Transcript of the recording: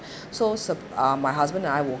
so s~ uh my husband and I woke